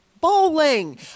Bowling